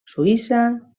suïssa